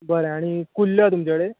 बरें आनी कुल्ल्यो आसा तुमच्या कडेन